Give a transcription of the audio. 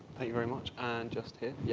you very much, and just here. yeah